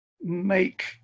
make